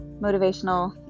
motivational